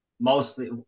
Mostly